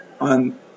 on